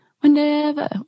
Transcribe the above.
whenever